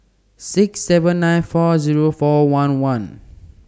six seven nine four Zero four one one